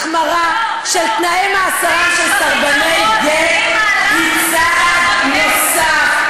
החמרה של תנאי מאסרם של סרבני גט היא צעד נוסף,